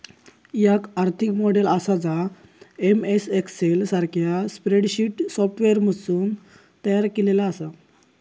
याक आर्थिक मॉडेल आसा जा एम.एस एक्सेल सारख्या स्प्रेडशीट सॉफ्टवेअरमधसून तयार केलेला आसा